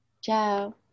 Ciao